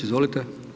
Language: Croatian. Izvolite.